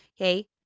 okay